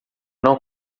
não